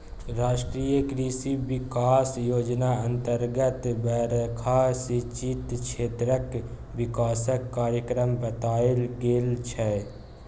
राष्ट्रीय कृषि बिकास योजना अतर्गत बरखा सिंचित क्षेत्रक बिकासक कार्यक्रम बनाएल गेल छै